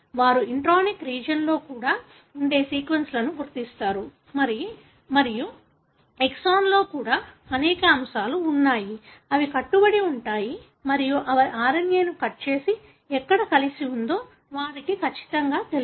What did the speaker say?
వారు ఇంట్రానిక్ రీజియన్లో కూడా ఉండే సీక్వెన్స్లను గుర్తిస్తారు మరియు ఎక్సాన్లో కూడా అనేక అంశాలు ఉన్నాయి అవి కట్టుబడి ఉంటాయి మరియు అవి RNA ని కట్ చేసి ఎక్కడ కలిసి ఉండాలో వారికి ఖచ్చితంగా తెలుసు